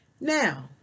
now